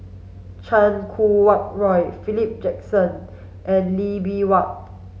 Chan Kum Wah Roy Philip Jackson and Lee Bee Wah